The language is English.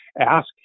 ask